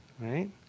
right